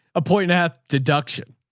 a point and a half deduction